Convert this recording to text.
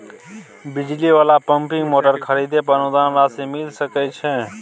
बिजली वाला pumping motor खरीदे पर अनुदान राशि मिल सके छैय?